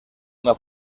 una